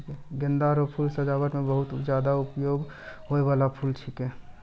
गेंदा रो फूल सजाबट मे बहुत ज्यादा उपयोग होय बाला फूल छिकै